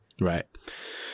Right